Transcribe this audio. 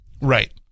Right